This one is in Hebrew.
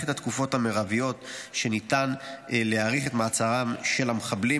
את התקופות המרביות שניתן להאריך את מעצרם של המחבלים,